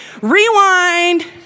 Rewind